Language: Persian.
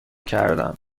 کردم